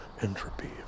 Entropy